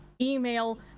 email